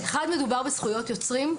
אחד, מדובר בזכויות יוצרים.